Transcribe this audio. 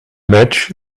match